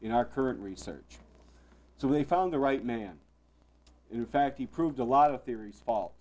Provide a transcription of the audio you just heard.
in our current research so we found the right man in fact he proved a lot of theories fault